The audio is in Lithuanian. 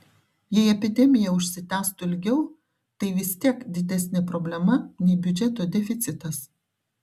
jei epidemija užsitęstų ilgiau tai vis tiek didesnė problema nei biudžeto deficitas